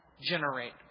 generate